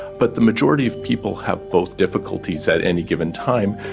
but the majority of people have both difficulties at any given time,